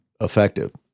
effective